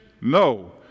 No